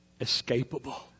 Escapable